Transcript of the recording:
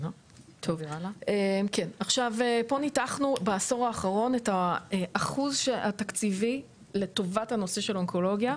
פה ניתחנו בעשור האחרון את האחוז התקציבי לטובת נושא האונקולוגיה,